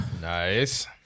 Nice